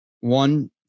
One